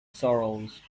sorrows